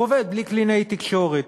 הוא עובד בלי קלינאית התקשורת,